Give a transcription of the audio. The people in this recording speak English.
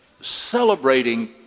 celebrating